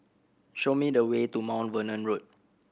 show me the way to Mount Vernon Road